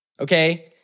Okay